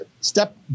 step